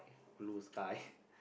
blue sky